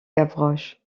gavroche